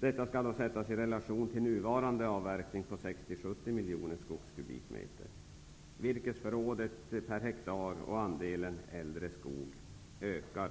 Detta skall sättas i relation till nuvarande avverkning på 60--70 miljoner skogskubikmeter. Virkesförrådet per hektar och andelen äldre skog ökar.